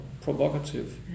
provocative